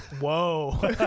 Whoa